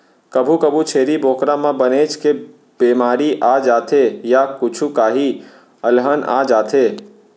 कभू कभू छेरी बोकरा म बनेच के बेमारी आ जाथे य कुछु काही अलहन आ जाथे